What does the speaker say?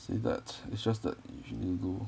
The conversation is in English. say that it's just that usually go